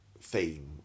theme